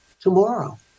tomorrow